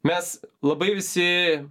mes labai visi